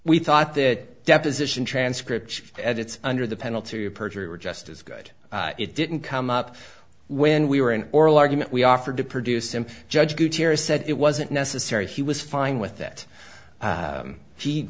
we thought that deposition transcript edits under the penalty of perjury were just as good it didn't come up when we were in oral argument we offered to produce him judge gutierrez said it wasn't necessary he was fine with that